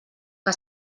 que